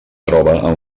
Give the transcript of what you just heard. troba